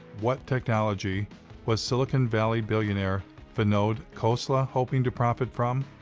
what technology was silicon valley billionaire vinod khosla hoping to profit from?